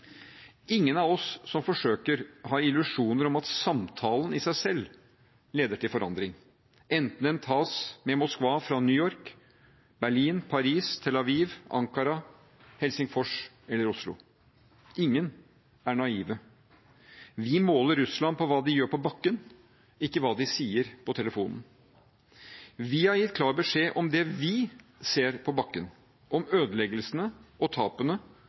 Ingen av oss som forsøker, har illusjoner om at samtalen i seg selv leder til forandring – enten den tas med Moskva fra New York, Berlin, Paris, Tel Aviv, Ankara, Helsingfors eller Oslo. Ingen er naive. Vi måler Russland på hva de gjør på bakken, ikke hva de sier på telefonen. Vi har gitt klar beskjed om det vi ser på bakken – om ødeleggelsene og tapene,